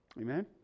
Amen